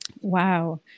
Wow